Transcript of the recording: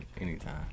Anytime